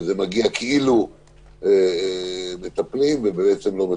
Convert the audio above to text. וזה מגיע כאילו מטפלים ובעצם לא מטפלים.